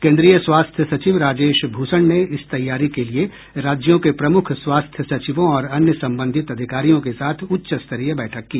केंद्रीय स्वास्थ्य सचिव राजेश भूषण ने इस तैयारी के लिए राज्यों के प्रमूख स्वास्थ्य सचिवों और अन्य संबंधित अधिकारियों के साथ उच्च स्तरीय बैठक की